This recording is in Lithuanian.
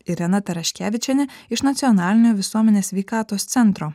irena taraškevičienė iš nacionalinio visuomenės sveikatos centro